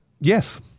Yes